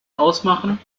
ausmachen